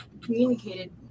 communicated